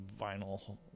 vinyl